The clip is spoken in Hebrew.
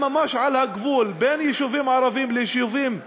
ממש על הגבול בין יישובים ערביים ליישובים יהודיים,